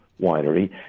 winery